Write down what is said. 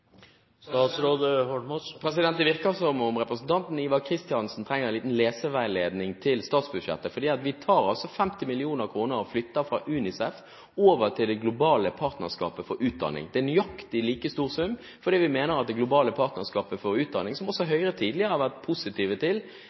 Det virker som om representanten Ivar Kristiansen trenger en liten leseveiledning til statsbudsjettet. Vi tar altså 50 mill. kr og flytter fra UNICEF og over til Det globale partnerskapet for utdanning. Det er en nøyaktig like stor sum fordi vi mener at Det globale partnerskapet for utdanning, som også Høyre tidligere har vært positive til,